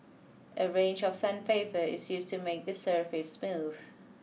a range of sandpaper is used to make the surface smooth